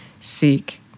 seek